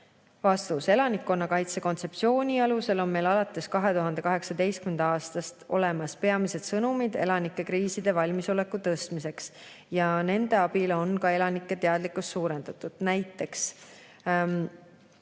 õppusi?" Elanikkonnakaitse kontseptsiooni alusel on meil alates 2018. aastast olemas peamised sõnumid elanike kriisivalmisoleku tõstmiseks ja nende abil on elanike teadlikkust suurendatud, näiteks